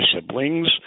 siblings